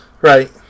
Right